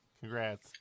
Congrats